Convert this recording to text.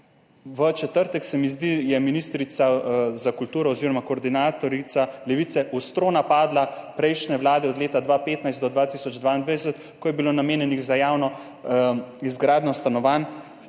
V četrtek, se mi zdi, je ministrica za kulturo oziroma koordinatorica Levice ostro napadla prejšnje vlade od leta 2015 do 2022, ko je bilo namenjenih za javno izgradnjo stanovanj